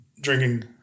drinking